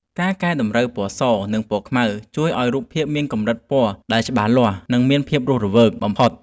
ការកែតម្រូវ ពណ៌ស និង ពណ៌ខ្មៅ ជួយឱ្យរូបភាពមានកម្រិតពណ៌ដែលច្បាស់លាស់ និងមានភាពរស់រវើកបំផុត។